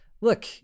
look